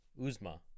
Uzma